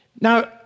Now